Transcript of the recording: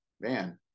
man